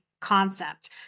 concept